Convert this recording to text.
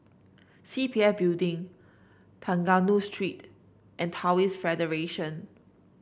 C P F Building Trengganu Street and Taoist Federation